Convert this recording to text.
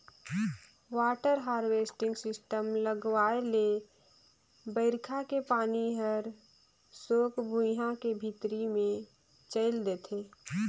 water harvesting system लगवाए ले बइरखा के पानी हर सोझ भुइयां के भीतरी मे चइल देथे